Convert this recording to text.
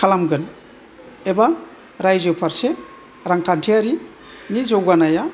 खालामगोन एबा रायजो फारसे रांखान्थियारिनि जौगानाया